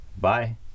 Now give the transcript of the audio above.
Bye